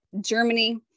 Germany